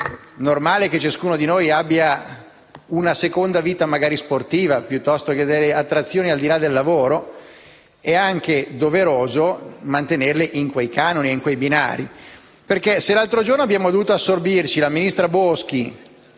È normale che ciascuno di noi abbia una seconda vita sportiva o altre attrazioni al di là del lavoro, ma è anche doveroso mantenerle in quei canoni e in quei binari. Se l'altro giorno abbiamo dovuto sorbirci la ministra Boschi